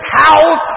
house